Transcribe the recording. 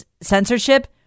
censorship